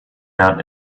out